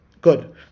Good